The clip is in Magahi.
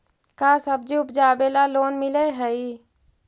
का सब्जी उपजाबेला लोन मिलै हई?